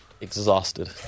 Exhausted